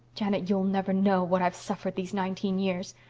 janet, you'll never know what i've suffered these nineteen years.